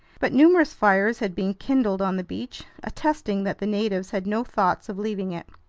but numerous fires had been kindled on the beach, attesting that the natives had no thoughts of leaving it.